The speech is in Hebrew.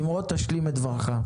נמרוד, תשלים את דברך.